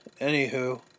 anywho